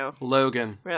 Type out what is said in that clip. Logan